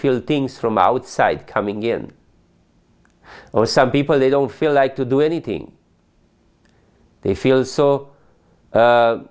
feel things from outside coming in some people they don't feel like to do anything they feel so